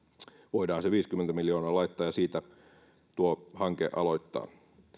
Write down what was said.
voidaan se viisikymmentä miljoonaa laittaa ja siitä tuo hanke aloittaa